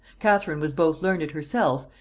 catherine was both learned herself,